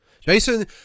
jason